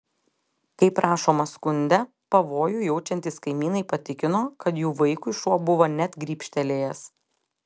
kaip rašoma skunde pavojų jaučiantys kaimynai patikino kad jų vaikui šuo buvo net grybštelėjęs